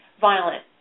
violent